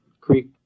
creek